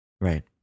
Right